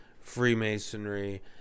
freemasonry